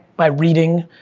by reading,